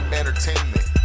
entertainment